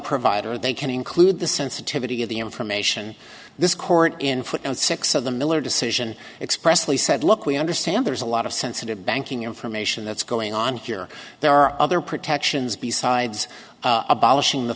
provider they can include the sensitivity of the information this court in footnote six of the miller decision expressly said look we understand there's a lot of sensitive banking information that's going on here there are other protections besides abolishing the